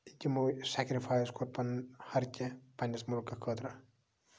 یِمو سیکرِفایِس کوٚر پَنُن ہَر کیٚنٛہہ پَنٕنس مُلکہٕ خٲطرٕ